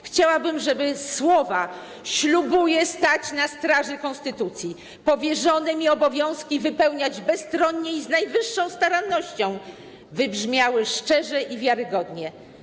Chciałabym, żeby słowa: ślubuję stać na straży konstytucji, powierzone mi obowiązki wypełniać bezstronnie i z najwyższą starannością wybrzmiały szczerze i wiarygodnie.